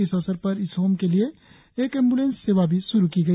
इस अवसर पर इस होम के लिए एक एंब्रेलेंस सेवा भी श्रू की गई